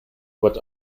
what